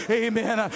amen